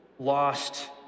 lost